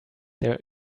there